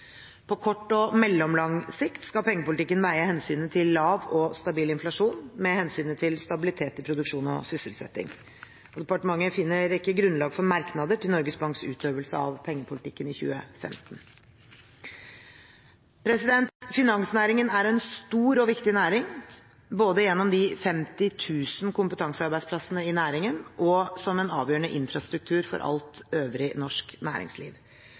På kort og mellomlang sikt skal pengepolitikken veie hensynet til lav og stabil inflasjon mot hensynet til stabilitet i produksjon og sysselsetting. Departementet finner ikke grunnlag for merknader til Norges Banks utøvelse av pengepolitikken i 2015. Finansnæringen er en stor og viktig næring, både gjennom de 50 000 kompetansearbeidsplassene i næringen og som en avgjørende infrastruktur for alt øvrig norsk næringsliv.